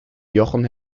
jochen